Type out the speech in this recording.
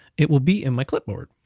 it will be in my clipboard.